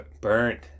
burnt